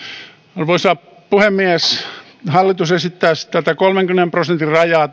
arvoisa puhemies hallitus esittää kolmenkymmenen prosentin rajaa